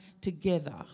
together